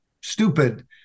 stupid